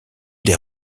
des